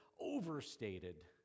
overstated